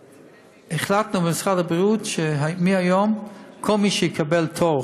החלטנו, במשרד הבריאות, שמהיום, כל מי שיקבל תור